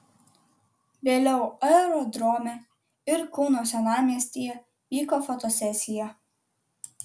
vėliau aerodrome ir kauno senamiestyje vyko fotosesija